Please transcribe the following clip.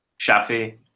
shafi